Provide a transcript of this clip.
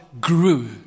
grew